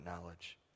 knowledge